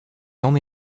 only